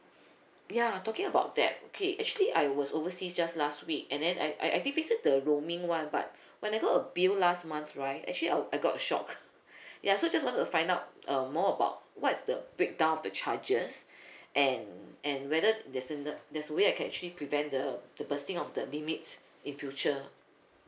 ya talking about that okay actually I was overseas just last week and then I I activate the roaming one but whenever a bill last month right actually I I got a shock ya so just want to find out uh more about what is the breakdown of the charges and and whether there's a there's a way I can actually prevent the the bursting of the limit in future